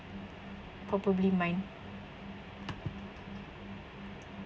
probably mine